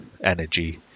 energy